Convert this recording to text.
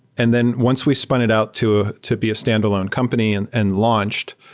and then once we spun it out to ah to be a standalone company and and launched,